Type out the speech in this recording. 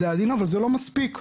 וזה לא מספיק,